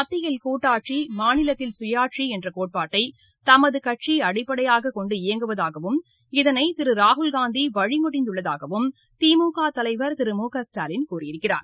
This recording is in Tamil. மத்தியில் கூட்டாட்சி மாநிலத்தில் சுயாட்சி என்ற கோட்பாட்டை தமது கூட்சி அடிப்படையாகக் கொண்டு இயங்குவதாகவும் இதனை திரு ராகுல்காந்தி வழிமொழிந்துள்ளதாகவும் திமுக தலைவர் திரு மு க ஸ்டாலின் கூறியிருக்கிறார்